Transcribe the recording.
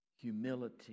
Humility